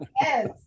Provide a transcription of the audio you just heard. Yes